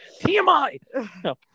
TMI